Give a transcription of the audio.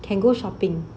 can go shopping